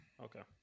Okay